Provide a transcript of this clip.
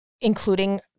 including